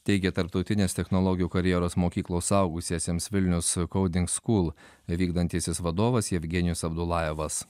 teigė tarptautinės technologijų karjeros mokyklos suaugusiesiems vilniaus couding skūl vykdantysis vadovas jevgenijus abdulajevas